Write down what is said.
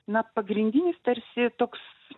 na pagrindinis tarsi toks